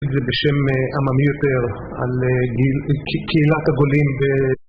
ובשם עממי יותר על קהילת הגולים